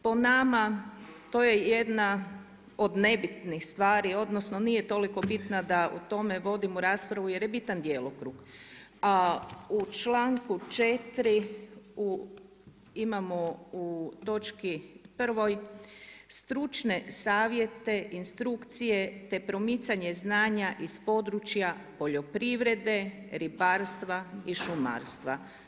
Po nama to je jedna od nebitnih stvari, odnosno nije toliko bitna da o tome vodimo raspravu jer je bitan djelokrug, a u članku 4. imamo u točki prvoj stručne savjete, instrukcije te promicanja znanja iz područja poljoprivrede, ribarstva i šumarstva.